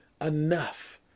enough